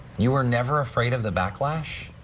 you were never afraid of the backlash?